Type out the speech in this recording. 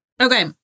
Okay